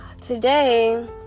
today